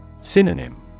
Synonym